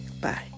Bye